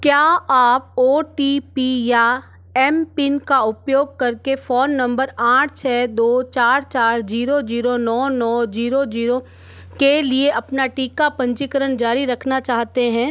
क्या आप O T P या एम पिन का उपयोग कर के फ़ोन नंबर आठ छः दौ चार चार जीरो जीरो नौ नौ जीरो जीरो के लिए अपना टीका पंजीकरण जारी रखना चाहते हैं